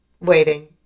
Waiting